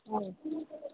आओर